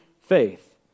faith